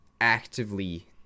actively